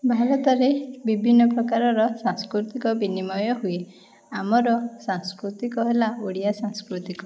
ଭାରତରେ ବିଭିନ୍ନ ପ୍ରକାରର ସାଂସ୍କୃତିକ ବିନିମୟ ହୁଏ ଆମର ସାଂସ୍କୃତିକ ହେଲା ଓଡ଼ିଆ ସାଂସ୍କୃତିକ